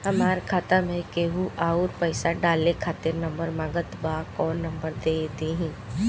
हमार खाता मे केहु आउर पैसा डाले खातिर नंबर मांगत् बा कौन नंबर दे दिही?